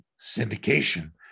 syndication